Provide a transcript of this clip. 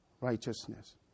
righteousness